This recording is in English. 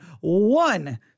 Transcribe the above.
one